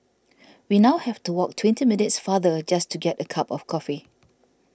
we now have to walk twenty minutes farther just to get a cup of coffee